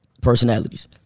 personalities